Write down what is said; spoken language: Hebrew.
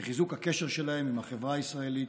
לחיזוק הקשר שלהם עם החברה הישראלית,